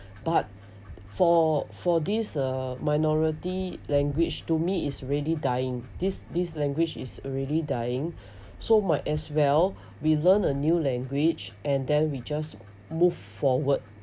but for for this uh minority language to me is already dying this this language is already dying so might as well we learn a new language and then we just move forward